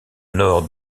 nord